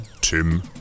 Tim